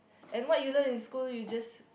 and what you learn in school you just